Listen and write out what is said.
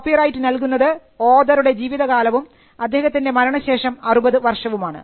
copyright നൽകുന്നത് ഓതറുടെ ജീവിതകാലവും അദ്ദേഹത്തിൻറെ മരണശേഷം 60 വർഷവുമാണ്